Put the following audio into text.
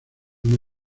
una